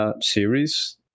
series